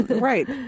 Right